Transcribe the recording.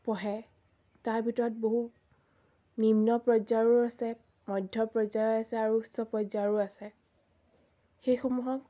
পঢ়ে তাৰ ভিতৰত বহু নিম্ন পৰ্যায়ৰো আছে মধ্য পৰ্যায়ো আছে আৰু উচ্চ পৰ্যায়ৰো আছে সেইসমূহক